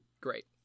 great